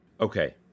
Okay